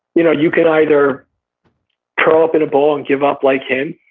you know you can either curl up in a ball and give up like him.